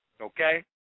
Okay